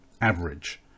average